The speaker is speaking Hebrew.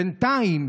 בינתיים,